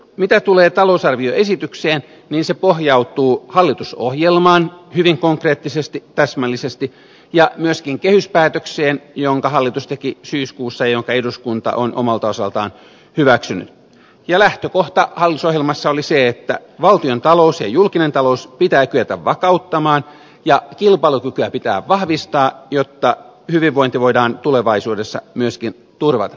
mitä tulee talousarvioesitykseen se pohjautuu hallitusohjelmaan hyvin konkreettisesti täsmällisesti ja myöskin kehyspäätökseen jonka hallitus teki syyskuussa ja jonka eduskunta on omalta osaltaan hyväksynyt ja lähtökohta hallitusohjelmassa oli se että valtiontalous ja julkinen talous pitää kyetä vakauttamaan ja kilpailukykyä pitää vahvistaa jotta hyvinvointi voidaan tulevaisuudessa myöskin turvata